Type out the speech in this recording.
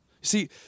See